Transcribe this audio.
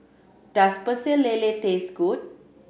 does Pecel Lele taste good